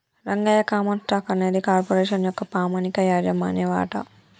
Rangayya common stock అనేది corporation యొక్క పామనిక యాజమాన్య వాట